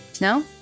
No